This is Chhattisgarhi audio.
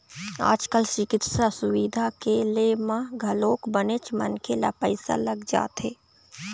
आज कल चिकित्सा सुबिधा के ले म घलोक बनेच मनखे ल पइसा लग जाथे